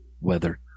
weather